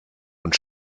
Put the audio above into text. und